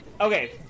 Okay